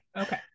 Okay